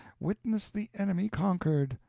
witness the enemy conquered.